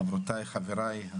חברי חברותי.